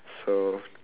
so